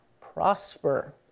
prosper